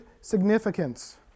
significance